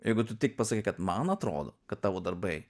jeigu tu tik pasakai kad man atrodo kad tavo darbai